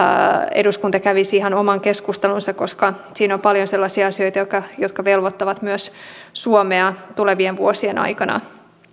eduskunta kävisi ihan oman keskustelunsa koska siinä on paljon sellaisia asioita jotka jotka velvoittavat myös suomea tulevien vuosien aikana